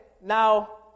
Now